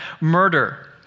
murder